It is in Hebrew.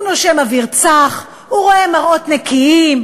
הוא נושם אוויר צח, הוא רואה מראות נקיים.